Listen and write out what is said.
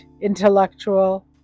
intellectual